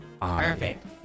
Perfect